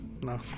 No